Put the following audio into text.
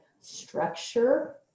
structure